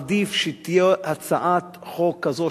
עדיף שתהיה הצעת חוק כזאת,